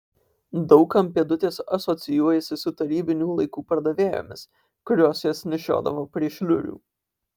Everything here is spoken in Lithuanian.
daug kam pėdutės asocijuojasi su tarybinių laikų pardavėjomis kurios jas nešiodavo prie šliurių